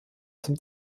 zum